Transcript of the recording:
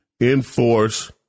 enforce